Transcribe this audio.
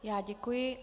Já děkuji.